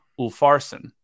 Ulfarsson